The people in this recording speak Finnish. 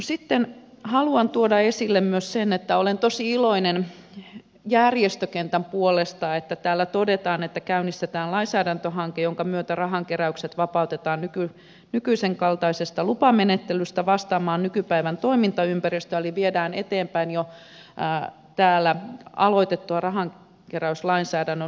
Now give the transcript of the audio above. sitten haluan tuoda esille myös sen että olen tosi iloinen järjestökentän puolesta kun täällä todetaan että käynnistetään lainsäädäntöhanke jonka myötä rahankeräykset vapautetaan nykyisenkaltaisesta lupamenettelystä vastaamaan nykypäivän toimintaympäristöä eli viedään eteenpäin jo täällä aloitettua rahankeräyslainsäädännön uudistamista